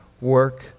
work